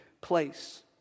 place